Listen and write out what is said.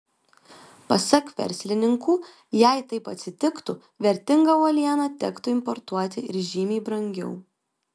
pasak verslininkų jei taip atsitiktų vertingą uolieną tektų importuoti ir žymiai brangiau